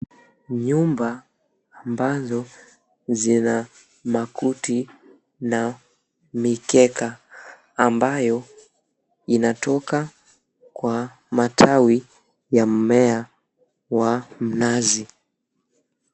Nyumba ambazo zina makuti na mikeka ambayo inatoka kwa matawi ya mmea wa mnazi.